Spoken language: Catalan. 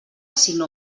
sinó